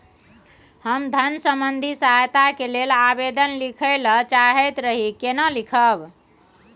हम धन संबंधी सहायता के लैल आवेदन लिखय ल चाहैत रही केना लिखब?